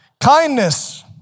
Kindness